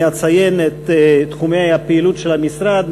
אני אציין את תחומי הפעילות של המשרד,